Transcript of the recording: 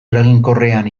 eraginkorrean